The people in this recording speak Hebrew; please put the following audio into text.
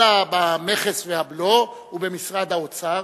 אלא למכס והבלו ולמשרד האוצר.